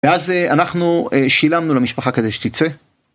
ואז אנחנו שילמנו למשפחה כזה שתצא.